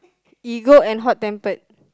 ego and hot-tempered